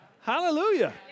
Hallelujah